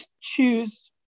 choose